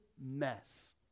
mess